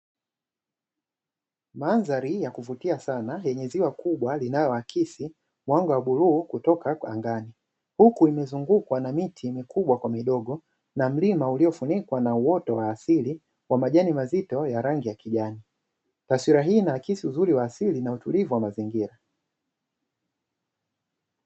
Mandhari ya kuvutia sana yenye ziwa kubwa linaloakisi mwanga wa bluu kutoka angani. Huku imezungukwa na miti mikubwa kwa midogo na milima ulifunikwa na uoto wa asili kwa majani mazito ya rangi ya kijani, taswira hii inaakisi uzuri wa asili na utulivu wa mazingira.